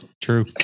True